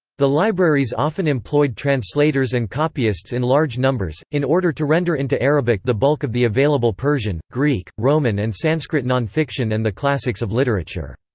the libraries often employed translators and copyists in large numbers, in order to render into arabic the bulk of the available persian, greek, roman and sanskrit non-fiction and the classics of literature.